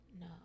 No